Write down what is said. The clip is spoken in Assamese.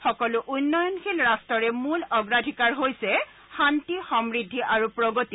সকলো উন্নয়নশীল ৰাষ্টৰে মূল অগ্ৰাধিকাৰ হৈছে শান্তি সমূদ্ধি আৰু প্ৰগতি